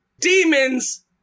demons